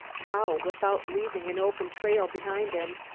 how, without leaving an open trail behind him?